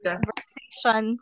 conversation